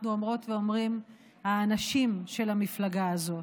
אנחנו אומרות ואומרים האנשים של המפלגה הזאת.